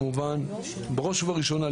בראש ובראשונה,